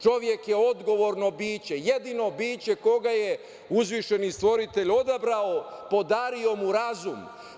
Čovek je odgovorno biće, jedino biće koga je uzvišeni stvoritelj odabrao, podario mu razum.